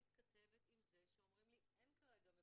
אני כל הזמן מתכתבת עם זה שאומרים לי שאין כרגע מקומות,